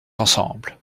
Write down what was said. ensemble